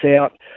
out